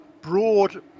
broad